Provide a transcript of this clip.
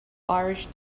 irish